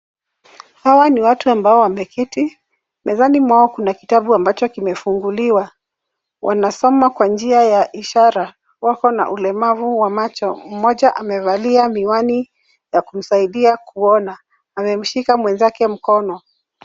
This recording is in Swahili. Hawa ni watu ambao wameketi. Mezani mwao kuna kitabu ambacho kimefunguliwa. Wanasoma kwa njia ya ishara. Wako na ulemavu wa macho. Mmoja amevalia miwani ya kumsaidia kuona. Amemshika mwenzake mkono.